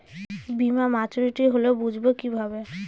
বীমা মাচুরিটি হলে বুঝবো কিভাবে?